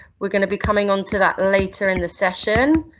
we're going to be coming on to that later in the session.